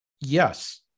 Yes